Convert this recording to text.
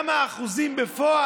האם אתה יודע כמה אחוזים של חרדים